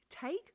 take